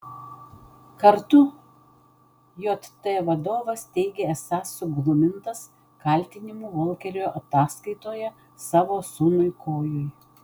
kartu jt vadovas teigė esąs suglumintas kaltinimų volkerio ataskaitoje savo sūnui kojui